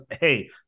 hey